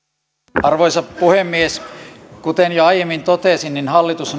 arvoisa puhemies kuten jo aiemmin totesin hallitus